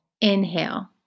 inhale